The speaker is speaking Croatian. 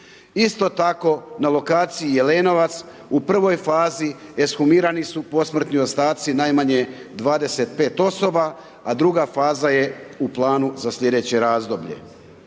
Isto tako na lokaciji Jelenovac u prvoj fazi ekshumirani su posmrtni ostaci najmanje 25 osoba, a druga faza je u planu za sljedeće razdoblje.